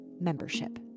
membership